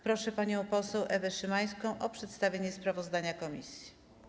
Proszę panią poseł Ewę Szymańską o przedstawienie sprawozdania komisji.